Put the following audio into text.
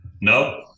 No